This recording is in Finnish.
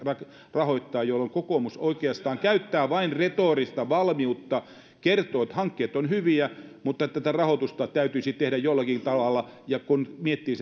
rahoittaa kokoomus oikeastaan käyttää vain retorista valmiutta kertoa että hankkeet ovat hyviä mutta tätä rahoitusta täytyisi tehdä jollakin tavalla ja kun miettii